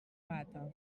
gata